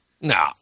No